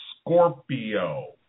Scorpio